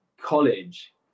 college